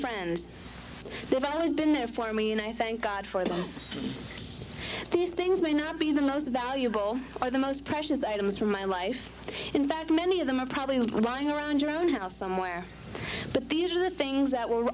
friends they've always been there for me and i thank god for them these things may not be the most valuable or the most precious items from my life in fact many of them are probably lying around your own house somewhere but these are the things that were